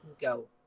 go